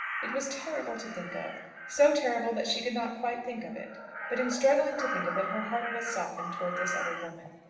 it was terrible to think of so terrible that she could not quite think of it but in struggling to think of it her heart was softened towards this other woman.